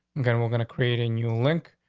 and then we're going to create a new link.